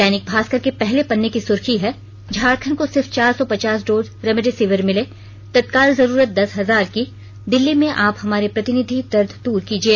दैनिक भास्कर के पहले पन्ने की सुर्खी है झारखंड को सिर्फ चार सौ पचास डोज रेमडेसिविर मिले तत्काल जरूरत दस हजार की दिल्ली में आप हमारे प्रतिनिधि दर्द दूर किजिए